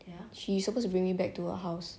she's supposed to bring me back to her house